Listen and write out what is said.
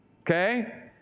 Okay